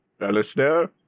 Alistair